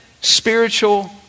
spiritual